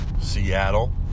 Seattle